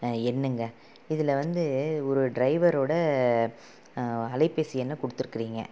எண்ணுங்க இதில் வந்து ஒரு ட்ரைவரோடய அலைப்பேசி எண்ணை கொடுத்துருக்குறீங்க